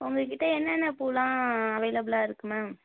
உங்கள் கிட்டே என்னென்ன பூவெல்லாம் அவைலபிளாக இருக்குது மேம்